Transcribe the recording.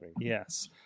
Yes